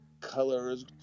colors